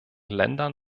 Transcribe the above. ländern